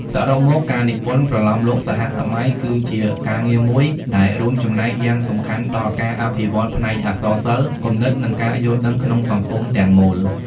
សរុបមក ការនិពន្ធប្រលោមលោកសហសម័យគឺជាការងារមួយដែលរួមចំណែកយ៉ាងសំខាន់ដល់ការអភិវឌ្ឍផ្នែកអក្សរសិល្ប៍ គំនិត និងការយល់ដឹងក្នុងសង្គមទាំងមូល។